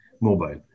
mobile